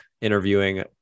interviewing